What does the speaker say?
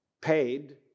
paid